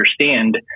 understand